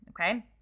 Okay